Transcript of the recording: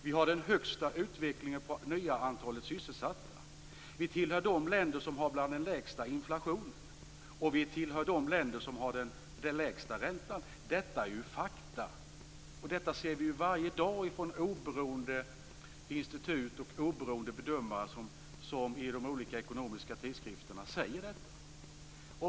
Vi har den högsta utvecklingen när det gäller antalet nya sysselsatta, vi tillhör de länder som har den lägsta inflationen och vi tillhör de länder som har den lägsta räntan. Detta är fakta. Detta ser vi varje dag att man säger från oberoende institut och oberoende bedömare i olika ekonomiska tidskrifter.